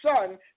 son